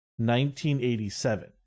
1987